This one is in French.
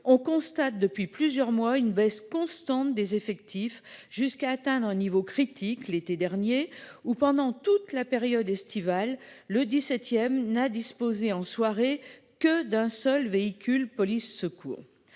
on constate depuis plusieurs mois une baisse constante des effectifs jusqu'à atteindre un niveau critique l'été dernier où pendant toute la période estivale. Le XVIIe n'a disposé en soirée que d'un seul véhicule police secours